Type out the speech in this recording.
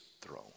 throne